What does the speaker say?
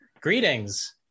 greetings